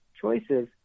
choices